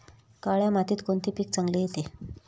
काळ्या मातीत कोणते पीक चांगले येते?